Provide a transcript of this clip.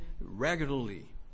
regularly